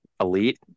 elite